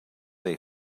they